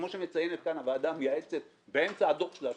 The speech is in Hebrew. כמו שמציינת כאן הוועדה המייעצת באמצע הדוח שלה,